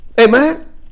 Amen